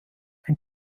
ein